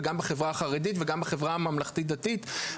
החברה החרדית וגם בחברה הממלכתית דתית,